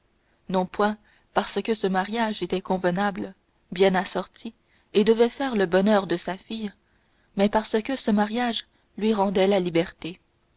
non point parce que ce mariage était convenable bien assorti et devait faire le bonheur de sa fille mais parce que ce mariage lui rendait sa liberté